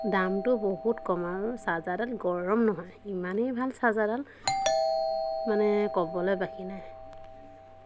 দামটো বহুত কম আৰু চাৰ্জাৰডাল গৰম নহয় ইমানেই ভাল চাৰ্জাৰডাল মানে ক'বলৈ বাকী নাই